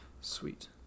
sweet